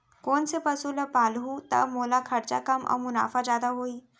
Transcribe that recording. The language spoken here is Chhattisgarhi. कोन से पसु ला पालहूँ त मोला खरचा कम अऊ मुनाफा जादा होही?